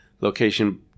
location